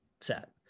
set